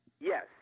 Yes